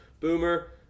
Boomer